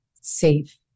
safe